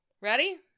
Ready